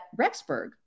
Rexburg